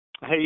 Hey